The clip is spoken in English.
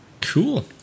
cool